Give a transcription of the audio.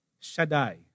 Shaddai